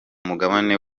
mugabane